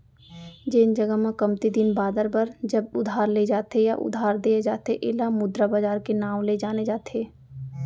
जेन जघा म कमती दिन बादर बर जब उधार ले जाथे या उधार देय जाथे ऐला मुद्रा बजार के नांव ले जाने जाथे